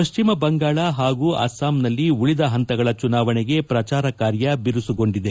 ಪಶ್ಚಿಮ ಬಂಗಾಳ ಹಾಗೂ ಅಸ್ಸಾಂನಲ್ಲಿ ಉಳಿದ ಪಂತಗಳ ಚುನಾವಣೆಗೆ ಪ್ರಚಾರ ಕಾರ್ಯ ಬಿರುಸುಗೊಂಡಿದೆ